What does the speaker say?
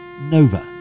Nova